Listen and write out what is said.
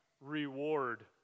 reward